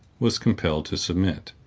was compelled to submit,